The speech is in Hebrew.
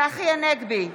נגד צחי הנגבי,